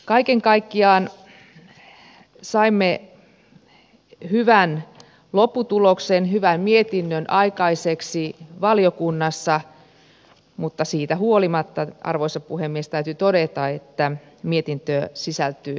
kaiken kaikkiaan saimme hyvän lopputuloksen hyvän mietinnön aikaiseksi valiokunnassa mutta siitä huolimatta arvoisa puhemies täytyy todeta että mietintöön sisältyy